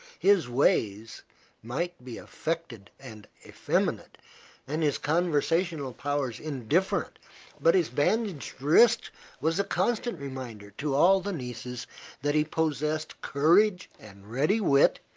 his ways might be affected and effeminate and his conversational powers indifferent but his bandaged wrist was a constant reminder to all the nieces that he possessed courage and ready wit,